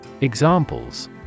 Examples